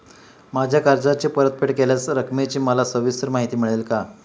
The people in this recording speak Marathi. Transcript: माझ्या कर्जाची परतफेड केलेल्या रकमेची मला सविस्तर माहिती मिळेल का?